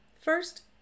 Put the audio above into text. First